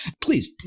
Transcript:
please